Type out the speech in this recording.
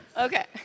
Okay